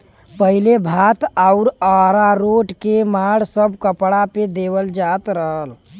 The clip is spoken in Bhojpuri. पहिले भात आउर अरारोट क माड़ सब कपड़ा पे देवल जात रहल